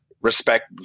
Respect